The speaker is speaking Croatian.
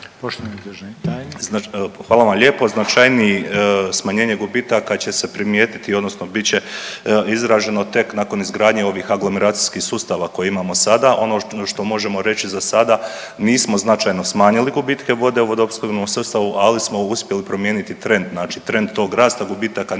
hvala vam lijepo. Značajniji smanjenje gubitaka će se primijetiti odnosno bit će izraženo tek nakon izgradnje ovih aglomeracijskih sustava koje imamo sada. Ono što možemo reći zasada, nismo značajno smanjili gubitke vode u vodoopskrbnom sustavu, ali smo uspjeli promijeniti trend. Znači trend tog rasta, gubitaka nije